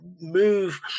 move